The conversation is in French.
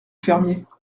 fermier